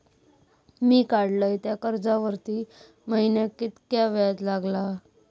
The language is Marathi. मी काडलय त्या कर्जावरती महिन्याक कीतक्या व्याज लागला?